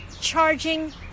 charging